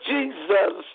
Jesus